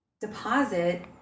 deposit